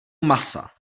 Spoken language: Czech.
masa